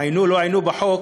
עיינו או לא עיינו בחוק,